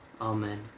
Amen